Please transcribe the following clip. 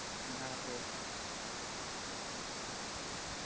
ᱚᱱᱟ ᱠᱷᱟᱹᱛᱤᱨ